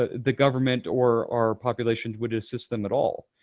ah the government or our population would assist them at all.